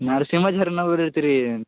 Narasimha ಇರ್ತಿರೀ